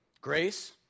grace